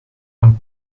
aan